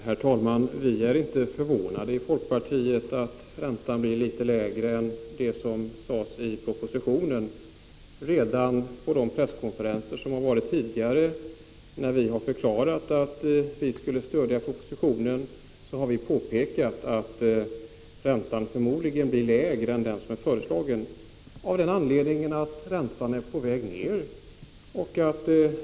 Herr talman! Vi i folkpartiet är inte förvånade över att räntan blir något lägre än vad som sades i propositionen. Redan på de presskonferenser där vi förklarade att vi skulle stödja propositionen påpekade vi att räntan förmodligen blir lägre än i förslaget, av den anledningen att räntan är på väg ner.